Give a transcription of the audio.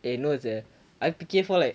eh no sia I fikir for like